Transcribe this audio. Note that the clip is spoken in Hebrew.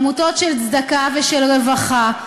עמותות של צדקה ושל רווחה,